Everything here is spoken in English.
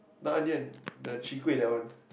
not onion the chwee-kueh that one